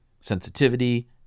sensitivity